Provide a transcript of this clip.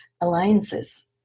alliances